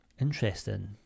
Interesting